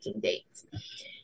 dates